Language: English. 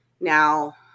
now